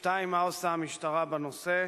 2. מה עושה המשטרה בנושא?